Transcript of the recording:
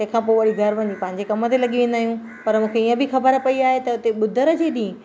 तंहिंखां पोइ वरी घरु वञी पंहिंजे कम ते लॻी वेंदा आहियूं पर मूंखे ईअं बि ख़बर पई आहे त हुते ॿुधर जे ॾींहुं